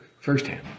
firsthand